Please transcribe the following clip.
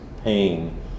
pain